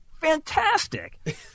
fantastic